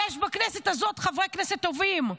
יש בכנסת הזאת חברי כנסת טובים,